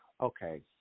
Okay